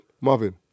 Marvin